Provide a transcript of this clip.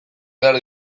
behar